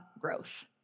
growth